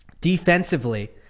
Defensively